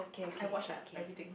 I watch like everything